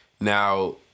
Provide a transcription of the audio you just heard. Now